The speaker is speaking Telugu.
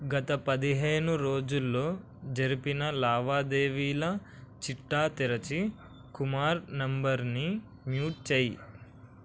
గత పదిహేను రోజుల్లో జరిపిన లావాదేవీల చిట్టా తెరచి కుమార్ నంబరుని మ్యూట్ చేయి